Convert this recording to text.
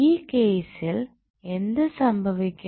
ആ കേസിൽ എന്തു സംഭവിക്കും